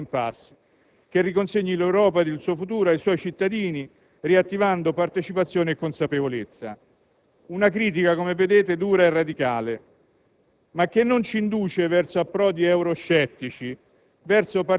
Noi crediamo, invece, che da quell'intreccio potrebbe determinarsi l'uscita dall'*impasse* che riconsegni l'Europa ed il suo futuro ai suoi cittadini, riattivando partecipazione e consapevolezza. Una critica, come vedete, dura e radicale,